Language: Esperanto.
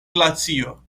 glacio